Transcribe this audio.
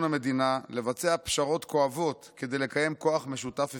המדינה לבצע פשרות כואבות כדי לקיים כוח משותף אפקטיבי.